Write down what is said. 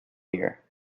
here